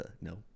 No